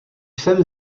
jsem